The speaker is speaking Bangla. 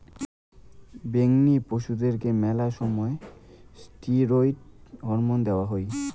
বেঙনি পশুদেরকে মেলা সময় ষ্টিরৈড হরমোন দেওয়া হই